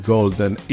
Golden